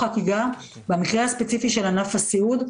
במקרה הספציפי של ענף הסיעוד,